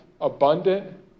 abundant